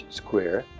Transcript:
square